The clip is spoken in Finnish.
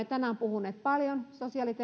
tänään puhuneet paljon sosiaali ja